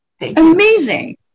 Amazing